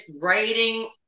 writing